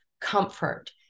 comfort